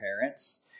parents